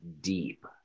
deep